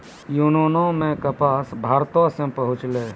यूनानो मे कपास भारते से पहुँचलै